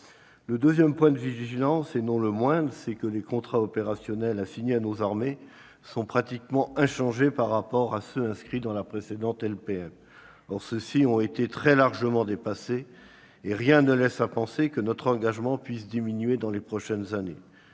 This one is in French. Le deuxième point de vigilance, et non le moindre, c'est que les contrats opérationnels assignés à nos armées sont pratiquement inchangés par rapport à ceux qui étaient inscrits dans la précédente LPM. Or ces derniers ont été très largement dépassés et rien ne laisse penser que notre engagement puisse diminuer dans les prochaines années,